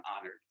honored